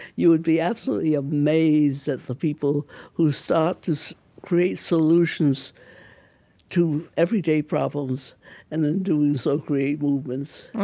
you would be absolutely amazed at the people who start to so create solutions to everyday problems and, in doing so, create movements